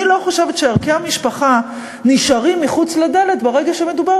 אני לא חושבת שערכי המשפחה נשארים מחוץ לדלת ברגע שמדובר